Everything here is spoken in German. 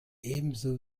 ebenso